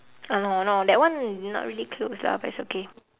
ah no no that one not really close lah but it's okay